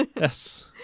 Yes